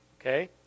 okay